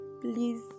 please